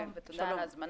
שלום ותודה על ההזמנה.